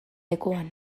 lekuan